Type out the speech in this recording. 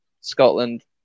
Scotland